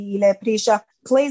Please